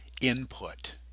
input